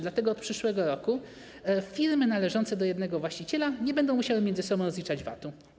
Dlatego od przyszłego roku firmy należące do jednego właściciela nie będą musiały między sobą rozliczać VAT.